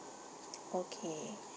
okay